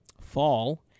fall